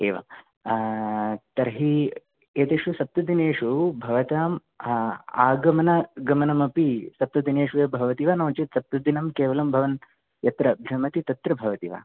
एवं तर्हि एतेषु सप्तदिनेषु भवताम् आ आगमनगमनमपि सप्तदिनेषु एव भवति वा नोचेत् सप्तदिनं केवलं भवन्तः यत्र भ्रमति तत्र भवति वा